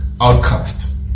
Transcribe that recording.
outcast